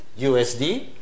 USD